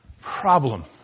problem